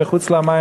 מחוץ למים,